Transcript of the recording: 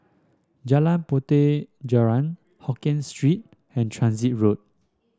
Jalan Puteh Jerneh Hokkien Street and Transit Road